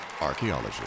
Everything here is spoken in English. Archaeology